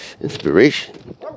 inspiration